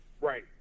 Right